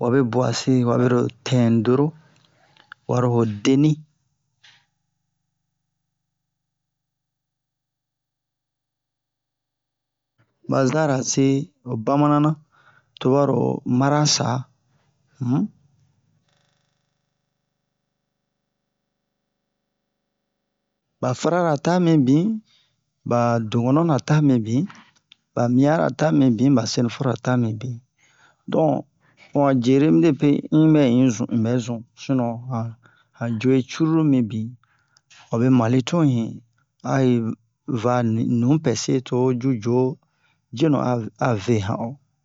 wabe buwa se wabe-ro dendɔrɔ waro ho deni ɓa zara se ho bamananan to baro marasan um ɓa farala ta mibin ɓa dogɔnon-na ta mibin ɓa miyan'ara ta mibin ɓa senufo-ra ta mibin donk ho han jere midepe in ɓɛ in zun in bɛzun sinon han han jo'e curulu mibin wabe Mali tun'in a yi va nu- nupɛ se to ho ju jo a a ve han o